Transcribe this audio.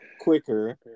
quicker